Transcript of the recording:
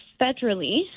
federally